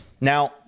Now